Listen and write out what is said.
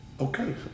Okay